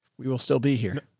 we will still be here.